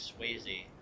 Swayze